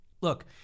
Look